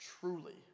truly